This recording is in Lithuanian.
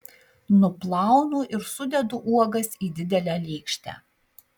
nuplaunu ir sudedu uogas į didelę lėkštę